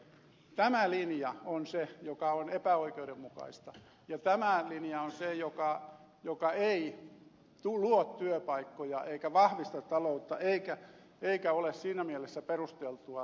tämä linja on se joka on epäoikeudenmukaista ja tämä linja on se joka ei luo työpaikkoja eikä vahvista taloutta eikä ole siinä mielessä perusteltua